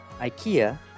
IKEA